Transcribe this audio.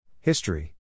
History